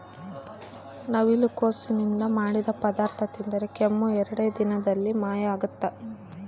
ನವಿಲುಕೋಸು ನಿಂದ ಮಾಡಿದ ಪದಾರ್ಥ ತಿಂದರೆ ಕೆಮ್ಮು ಎರಡೇ ದಿನದಲ್ಲಿ ಮಾಯ ಆಗ್ತದ